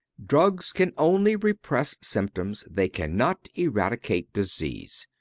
drugs can only repress symptoms they cannot eradicate disease.